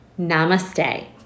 Namaste